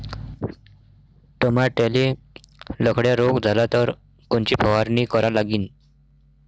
टमाट्याले लखड्या रोग झाला तर कोनची फवारणी करा लागीन?